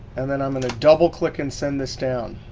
and then i'm gonna double click and send this down.